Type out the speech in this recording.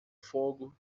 fogo